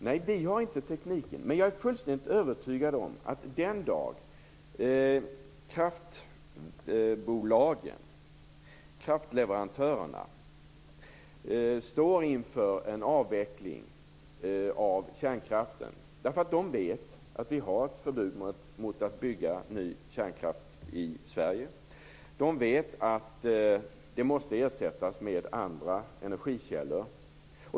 Nej, vi har inte tekniken, men jag är fullständigt övertygad om att kraftbolagen, kraftleverantörerna, har det den dag de står inför en avveckling av kärnkraften. De vet att det finns ett förbud mot att bygga nya kärnkraftverk i Sverige, och de vet att de måste ersättas med andra energikällor.